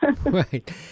Right